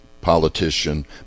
politician